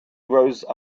grows